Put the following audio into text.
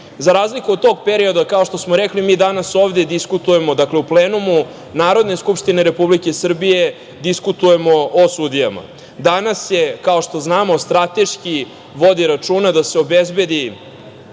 razliku od tog period, kao što smo rekli, mi danas ovde diskutujemo, dakle, u plenumu Narodne skupštine Republike Srbije, diskutujemo o sudijama. Danas se, kao što znamo, strateški vodi računa da se obezbedi